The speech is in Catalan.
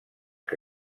que